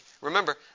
Remember